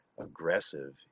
aggressive